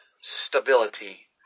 stability